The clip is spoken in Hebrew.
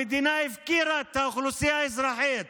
המדינה הפקירה את האוכלוסייה האזרחית